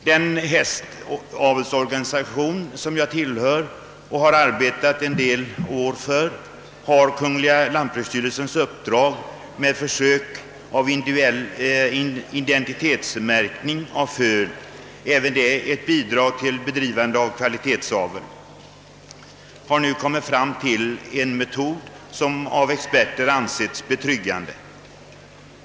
Den hästavelsorganisation som jag tillhör och har arbetat för under en del år och som har lantbruksstyrelsens uppdrag att göra försök med identitetsmärkning av föl, även det ett bidrag till bedrivande av kvalitetsavel, har nu kommit fram till en metod som av experter anses betryggande.